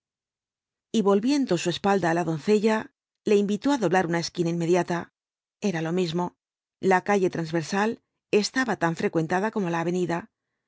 y volviendo su espalda á la doncella le invitó á doblar una esquina inmediata era lo mismo la calle transversal estaba tan frecuentada como la avenida